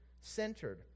centered